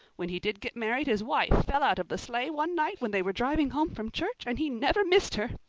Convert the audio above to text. when he did get married his wife fell out of the sleigh one night when they were driving home from church and he never missed her.